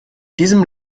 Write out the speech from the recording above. diesem